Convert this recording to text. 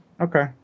Okay